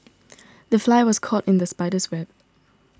the fly was caught in the spider's web